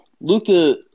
Luca